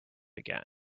again